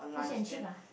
fish and chip ah